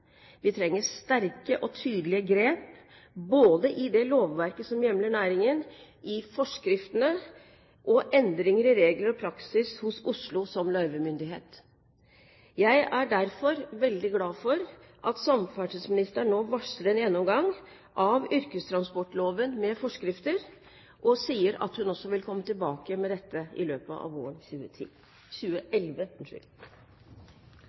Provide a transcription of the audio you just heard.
Vi trenger sterke og tydelige grep når det gjelder det lovverket som hjemler næringen, forskriftene og endringer i regler og praksis hos Oslos løyvemyndighet. Jeg er derfor veldig glad for at samferdselsministeren nå varsler en gjennomgang av yrkestransportloven med forskrifter, og sier at hun også vil komme tilbake med dette i løpet av våren